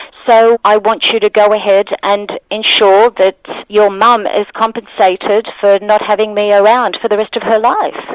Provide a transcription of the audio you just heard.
so i want you to go ahead and ensure that your mum is compensated for not having me around for the rest of her life.